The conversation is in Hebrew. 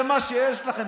זה מה שיש לכם,